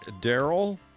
Daryl